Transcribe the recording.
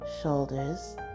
shoulders